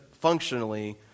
functionally